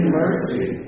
mercy